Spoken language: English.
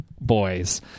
boys